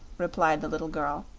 replied the little girl.